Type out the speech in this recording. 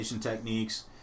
techniques